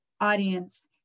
audience